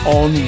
on